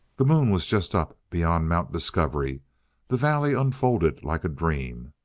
the moon was just up beyond mount discovery the valley unfolded like a dream.